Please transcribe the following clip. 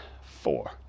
four